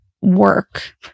work